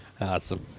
Awesome